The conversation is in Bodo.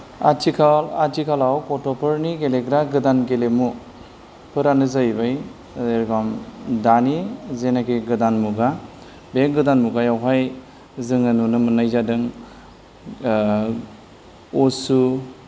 आथिखाल आथिखालाव गथ'फोरनि गोदान गेलेग्रा गेलेमुफोरानो जाहैबाय ऐ दानि जेनेकि गोदान मुगा बे गोदान मुगायावहाय जोङो नुनो मोननाय जादों असु